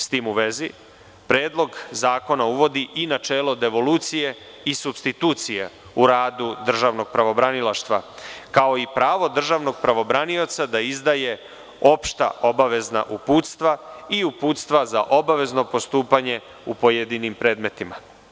S tim u vezi, Predlog zakona uvodi i načelo devolucije i supstitucije u radu državnog pravobranilaštva, kao i pravo državnog pravobranioca da izdaje opšta obavezna uputstva i uputstva za obavezno postupanje u pojedinim predmetima.